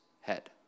head